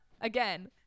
Again